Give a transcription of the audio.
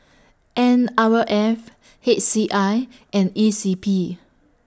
N Our F H C I and E C P